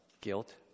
guilt